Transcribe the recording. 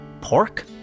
pork